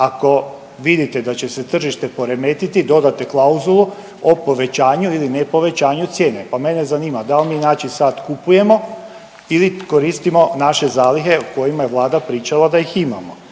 Ako vidite da će se tržište poremetiti dodate klauzulu o povećanju ili ne povećanju cijene, pa mene zanima da li mi znači sad kupujemo ili koristimo naše zalihe o kojima je Vlada pričala da ih imamo.